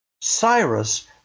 Cyrus